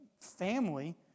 family